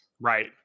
Right